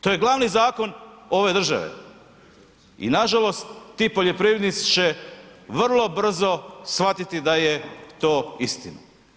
To je glavni zakon ove države i nažalost, ti poljoprivrednici će vrlo brzo shvatiti da je to istina.